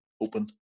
open